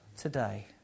today